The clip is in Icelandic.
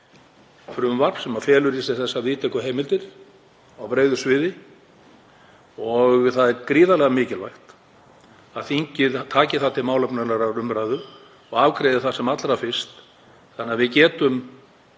frumvarp sem felur í sér þessar víðtæku heimildir á breiðu sviði. Það er gríðarlega mikilvægt að þingið taki það til málefnalegrar umræðu og afgreiði það sem allra fyrst þannig að við getum